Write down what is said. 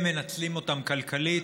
הם מנצלים אותם כלכלית